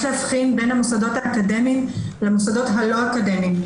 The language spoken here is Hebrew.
יש להבחין בין המוסדות האקדמיים למוסדות הלא אקדמיים.